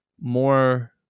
more